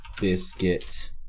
biscuit